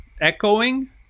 echoing